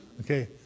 Okay